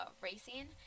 racing